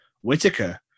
Whitaker